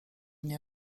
nie